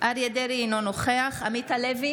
אריה מכלוף דרעי, אינו נוכח עמית הלוי,